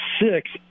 six